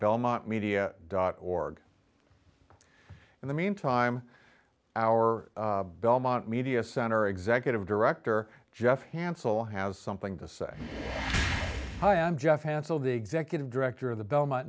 belmont media dot org in the mean time our belmont media center executive director jeff hansel has something to say hi i'm jeff hansell the executive director of the belmont